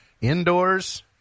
indoors